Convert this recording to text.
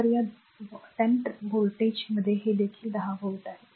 तर या 10 व्होल्टमध्ये हे देखील 10 व्होल्ट आहे